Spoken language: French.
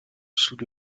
sous